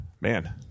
man